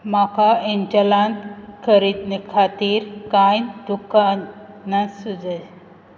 म्हाका एंजलांत खरेदने खातीर कांय दुकानां सुचय